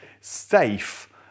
safe